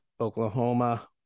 Oklahoma